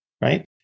right